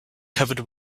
covered